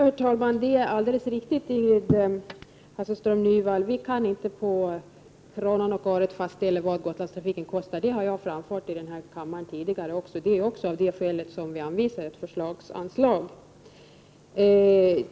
Herr talman! Det är alldeles riktigt, Ingrid Hasselström Nyvall, vi kan inte på kronan och öret fastställa vad Gotlandstrafiken kostar, vilket jag också framhållit i kammaren. Det är också av det skälet som vi anvisar ett förslagsanslag.